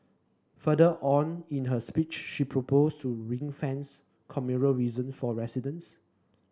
further on in her speech she proposed to ring fence communal reason for residents